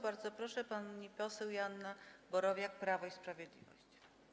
Bardzo proszę, pani poseł Joanna Borowiak, Prawo i Sprawiedliwość.